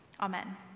Amen